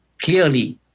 clearly